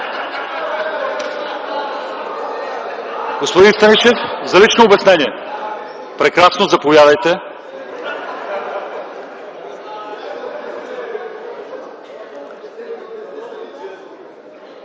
Господин Станишев, за лично обяснение? Прекрасно! Заповядайте!